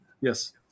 Yes